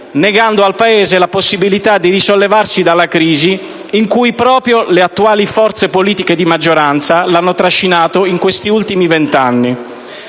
negando al Paese la possibilità di risollevarsi dalla crisi in cui proprio le attuali forze politiche di maggioranza l'hanno trascinato in questi ultimi vent'anni.